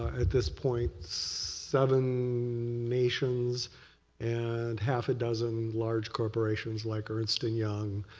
at this point, seven nations and half a dozen large corporations, like ernst and young,